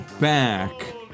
back